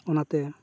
ᱚᱱᱟᱛᱮ